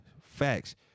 facts